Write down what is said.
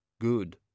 good